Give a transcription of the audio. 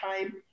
time